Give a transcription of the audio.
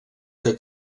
que